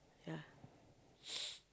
yeah